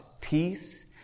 peace